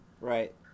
Right